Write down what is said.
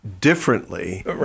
differently